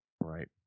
right